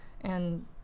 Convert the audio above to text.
and-